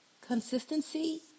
Consistency